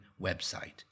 website